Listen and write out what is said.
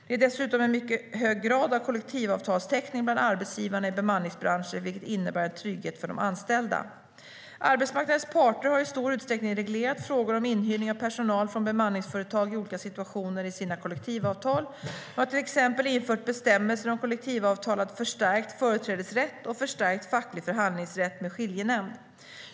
Det är dessutom en mycket hög grad av kollektivavtalstäckning bland arbetsgivarna i bemanningsbranschen, vilket innebär en trygghet för de anställda. Arbetsmarknadens parter har i stor utsträckning reglerat frågor om inhyrning av personal från bemanningsföretag i olika situationer i sina kollektivavtal. Man har till exempel infört bestämmelser om kollektivavtalad förstärkt företrädesrätt och förstärkt facklig förhandlingsrätt med skiljenämnd.